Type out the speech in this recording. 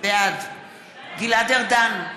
בעד גלעד ארדן,